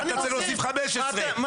אתה צריך להוסיף 15. אני מוסיף,